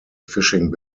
fishing